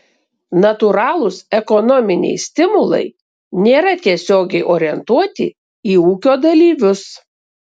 natūralūs ekonominiai stimulai nėra tiesiogiai orientuoti į ūkio dalyvius